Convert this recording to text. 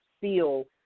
feel